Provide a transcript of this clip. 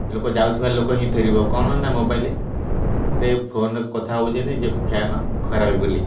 ଲୋକ ଯାଉଥିବା ଲୋକ ହିଁ ଫେରିବ କ'ଣ ନା ମୋବାଇଲ୍ରେ ଫୋନ୍ରେ କଥା ହେଉଛନ୍ତି ଯେ ଫ୍ୟାନ୍ ଖରାପ ବୋଲି